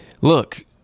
look